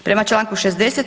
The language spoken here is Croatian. Prema članku 60.